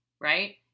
right